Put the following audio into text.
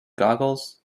googles